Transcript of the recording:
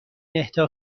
اهدا